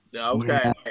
Okay